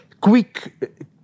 quick